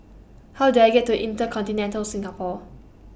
How Do I get to InterContinental Singapore